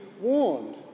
warned